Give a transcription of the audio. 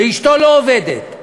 ואשתו לא עובדת,